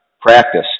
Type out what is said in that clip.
practice